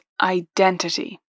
identity